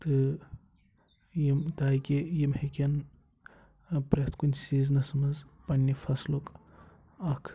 تہٕ یِم تاکہِ یِم ہیٚکن پرٛٮ۪تھ کُنہِ سیٖزنَس منٛز پنٛنہِ فَصلُک اَکھ